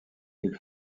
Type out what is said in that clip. ils